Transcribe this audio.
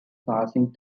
passing